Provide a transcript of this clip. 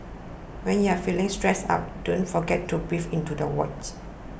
when you are feeling stressed out don't forget to breathe into the void